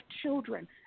children